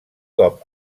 cop